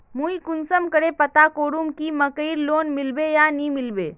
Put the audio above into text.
मुई कुंसम करे पता करूम की मकईर लोन मिलबे या नी मिलबे?